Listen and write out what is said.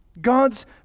God's